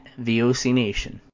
VOCNation